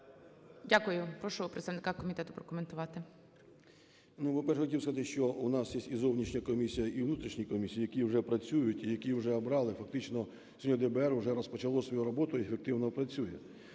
Дякую. Прошу представника комітету прокоментувати. 13:33:57 ПАЛАМАРЧУК М.П. Ну, по-перше, хотів сказати, що у нас є і зовнішня комісія, і внутрішні комісії, які вже працюють і які вже обрали, фактично сьогодні ДБР уже розпочало свою роботу і ефективно працює.